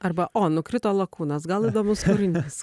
arba o nukrito lakūnas gal įdomus kūrinys